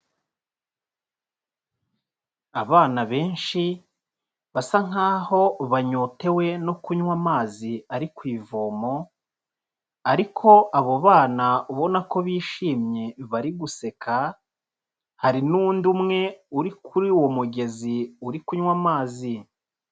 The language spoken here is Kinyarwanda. Abana benshi basa nk'aho banyotewe no kunywa amazi ari ku ivomo ariko abo bana ubona ko bishimye, bari guseka, hari n'undi umwe uri kuri uwo mugezi, uri kunywa amazi.